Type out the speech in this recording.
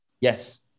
Yes